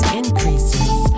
increases